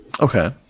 Okay